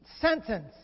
sentence